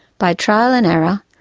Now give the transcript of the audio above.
by trial and error,